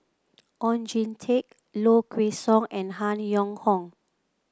Oon Jin Teik Low Kway Song and Han Yong Hong